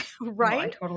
right